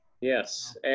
Yes